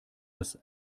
das